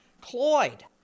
Cloyd